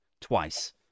twice